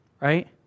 right